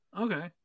Okay